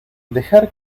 dejar